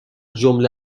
جمله